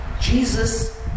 Jesus